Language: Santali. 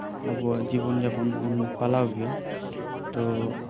ᱟᱵᱚᱣᱟᱜ ᱡᱤᱵᱚᱱ ᱡᱟᱯᱚᱱ ᱵᱩᱱ ᱯᱟᱞᱟᱣ ᱜᱮᱭᱟ ᱛᱚ